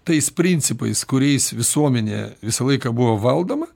tais principais kuriais visuomenė visą laiką buvo valdoma